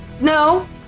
No